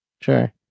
Sure